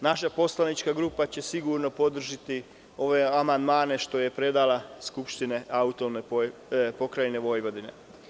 Naša poslanička grupa će sigurno podržati ove amandmane koje je predala Skupština AP Vojvodine.